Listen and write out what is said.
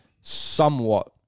somewhat